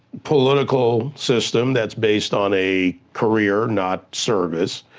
political system that's based on a career, not service,